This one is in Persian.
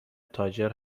تاجر